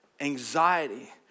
anxiety